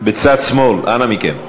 בצד שמאל, אנא מכם.